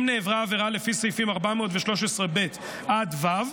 אם נעברה עבירה לפי סעיפים 413 (ב) עד (ו),